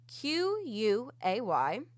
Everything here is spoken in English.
Q-U-A-Y